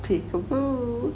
peek a boo